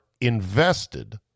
invested